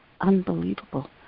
unbelievable